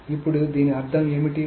ఇప్పుడు దీని అర్థం ఏమిటి